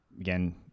again